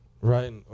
Right